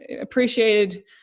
appreciated